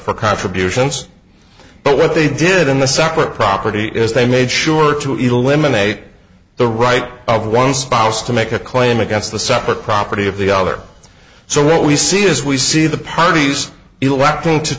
for contributions but what they did in the separate property is they made sure to eliminate the right of one spouse to make a claim against the separate property of the other so what we see is we see the parties electing to